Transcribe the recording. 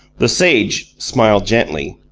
the sage smiled gently.